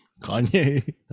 Kanye